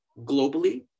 globally